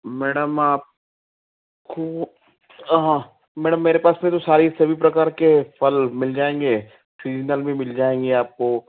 madam आपको हाँ madam मेरे पास सारे सभी प्रकार के फल मिल जाएंगे सीजनल भी मिल जाएंगे आपको